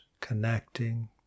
connecting